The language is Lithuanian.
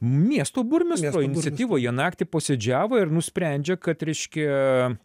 miesto burmistro iniciatyvoj jie naktį posėdžiavo ir nusprendžia kad reiškia